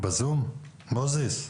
אייבי מוזס,